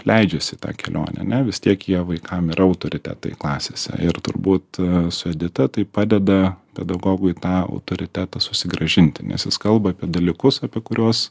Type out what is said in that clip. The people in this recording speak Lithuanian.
leidžiasi į tą kelionę ane vis tiek jie vaikam yra autoritetai klasėse ir turbūt su edita tai padeda pedagogui tą autoritetą susigrąžinti nes jis kalba apie dalykus apie kuriuos